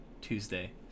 Tuesday